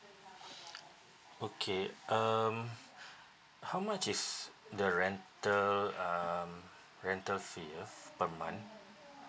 okay um how much is the rental um rental fee ah per month